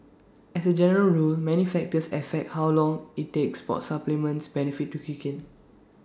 as A general rule many factors affect how long IT takes for A supplement's benefits to kick in